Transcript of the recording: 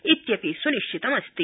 इत्यपि स्निश्चितमस्ति